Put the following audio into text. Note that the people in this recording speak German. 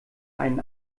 einen